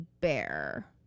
bear